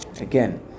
Again